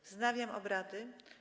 Wznawiam obrady.